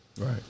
Right